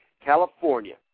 California